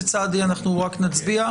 חה"כ אוסאמה סעדי, אנחנו רק נצביע.